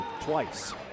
twice